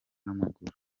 n’amaguru